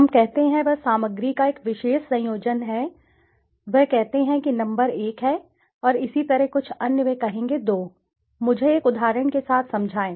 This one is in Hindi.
हम कहते हैं वह सामग्री का एक विशेष संयोजन कहते हैं वह कहते हैं कि नंबर 1 है और इसी तरह कुछ अन्य वे कहेंगे 2 मुझे एक उदाहरण के साथ समझाएं